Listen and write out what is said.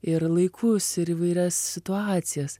ir laikus ir įvairias situacijas